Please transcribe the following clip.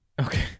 Okay